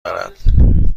دارد